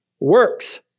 Works